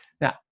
Now